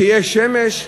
שיש שמש,